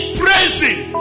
praising